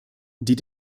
die